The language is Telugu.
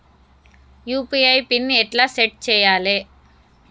యూ.పీ.ఐ పిన్ ఎట్లా సెట్ చేయాలే?